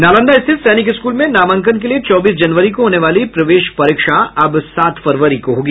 नालंदा स्थित सैनिक स्कूल में नामांकन के लिए चौबीस जनवरी को होने वाली प्रवेश परीक्षा अब सात फरवरी को होगी